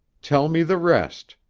tell me the rest,